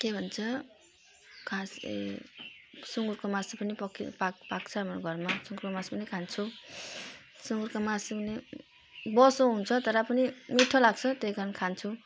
के भन्छ खास चाहिँ सुँगुरको मासु पनि पकिल पाक् पाक्छ हाम्रो घरमा सुँगुरको मासु पनि खान्छौँ सुँगुरको मासु पनि बोसो हुन्छ तर पनि मिठो लाग्छ त्यही कारण खान्छु